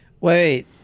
Wait